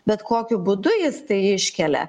bet kokiu būdu jis tai iškelia